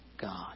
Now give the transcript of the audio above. God